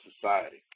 society